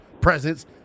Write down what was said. presence